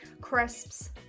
Crisps